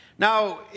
Now